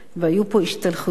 היו פה השתלחויות מזעזעות.